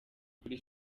kuri